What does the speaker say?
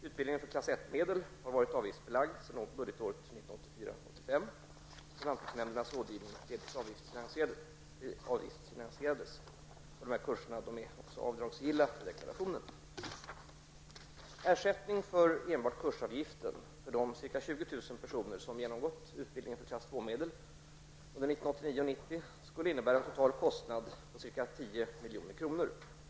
Utbildningen för klass 1-medel har varit avgiftsbelagd sedan budgetåret 1984/85, då lantbruksnämndernas rådgivning delvis avgiftsfinansierades. Kurskostnaderna är dessutom avdragsgilla vid deklarationen. medel under 1989 och 1990 skulle innebära en total kostnad på ca 10 milj.kr.